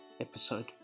episode